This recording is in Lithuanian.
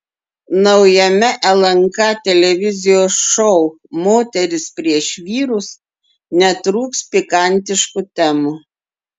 naujame lnk televizijos šou moterys prieš vyrus netrūks pikantiškų temų